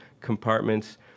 compartments